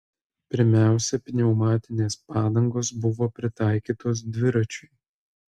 pirmiausia pneumatinės padangos buvo pritaikytos dviračiui